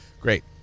Great